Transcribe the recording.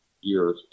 years